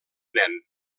nen